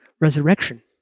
resurrection